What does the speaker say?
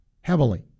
heavily